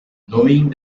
knowing